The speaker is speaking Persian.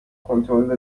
کنترل